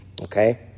okay